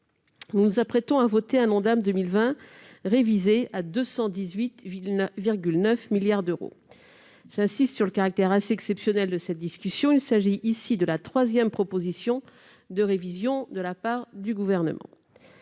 Nous nous apprêtons à voter un Ondam 2020 révisé à 218,9 milliards d'euros. J'insiste sur le caractère assez exceptionnel de cette discussion : nous en sommes déjà à la troisième proposition de révision de la part du Gouvernement.